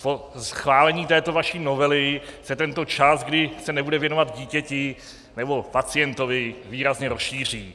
Po schválení této vaší novely se tento čas, kdy se nebude věnovat dítěti nebo pacientovi, výrazně rozšíří.